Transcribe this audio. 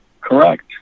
Correct